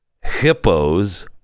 Hippos